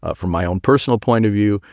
ah from my own personal point of view.